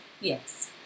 Yes